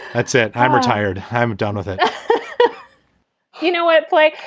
that said, i'm retired. i'm done with it you know, it's like,